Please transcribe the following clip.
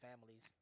families